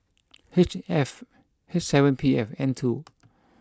H F P seven P and N two